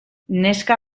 neska